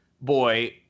boy